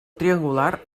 triangular